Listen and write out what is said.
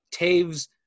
Taves